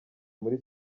muri